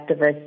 activists